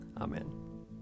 Amen